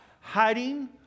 hiding